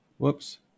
whoops